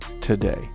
today